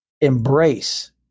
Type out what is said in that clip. embrace